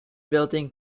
building